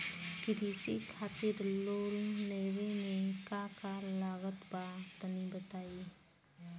कृषि खातिर लोन लेवे मे का का लागत बा तनि बताईं?